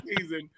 season